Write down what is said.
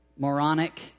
Moronic